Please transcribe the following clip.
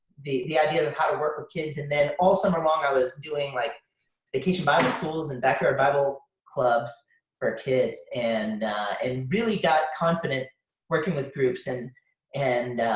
the the idea of of how to work with kids and then all summer long i was doing like vacation bible school and backyard bible clubs for kids and and really got confident working with groups. and and